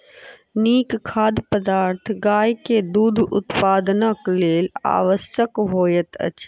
नीक खाद्य पदार्थ गाय के दूध उत्पादनक लेल आवश्यक होइत अछि